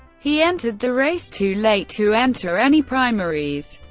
he entered the race too late to enter any primaries,